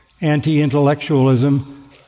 anti-intellectualism